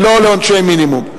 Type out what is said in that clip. ולא לעונשי מינימום.